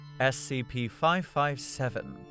SCP-557